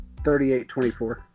38-24